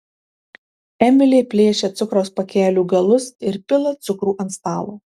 emilė plėšia cukraus pakelių galus ir pila cukrų ant stalo